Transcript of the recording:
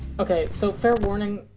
okay, so, fair warning,